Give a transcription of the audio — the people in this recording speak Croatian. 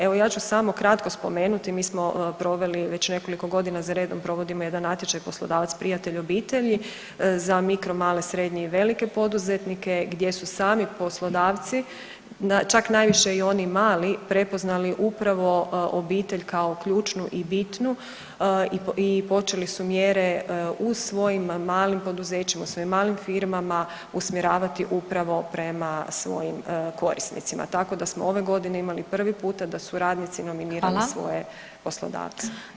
Evo ja ću samo kratko spomenuti, mi smo proveli, već nekoliko godina zaredom provodimo jedan natječaj Poslodavac prijatelj obitelji za mikro, male, srednje i velike poduzetnike, gdje su sami poslodavci, čak najviše i oni mali prepoznali upravo obitelj kao ključnu i bitnu i počeli su mjere u svojim malim poduzećima, svojim malim firmama usmjeravati upravo prema svojim korisnicima, tako da smo ove godine imali prvi puta da su radnici [[Upadica: Hvala.]] nominirali svoje poslodavce.